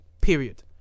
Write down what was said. Period